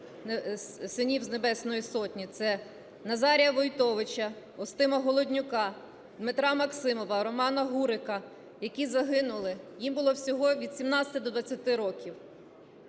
синів з Небесної Сотні: це Назарія Войтовича, Устима Голоднюка, Дмитра Максимова, Романа Гурика, які загинули. Їм було всього від 17 до 20 років.